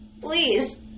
Please